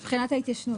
אז מבחינת ההתיישנות?